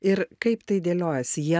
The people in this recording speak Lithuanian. ir kaip tai dėliojasi jie